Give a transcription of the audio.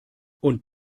und